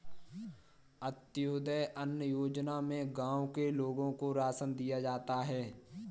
अंत्योदय अन्न योजना में गांव के लोगों को राशन दिया जाता है